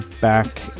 back